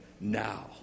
now